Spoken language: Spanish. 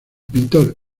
pintor